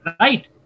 right